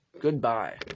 goodbye